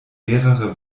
mehrere